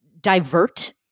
divert